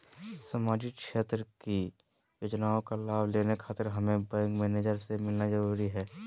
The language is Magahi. सामाजिक क्षेत्र की योजनाओं का लाभ लेने खातिर हमें बैंक मैनेजर से मिलना जरूरी है?